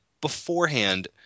beforehand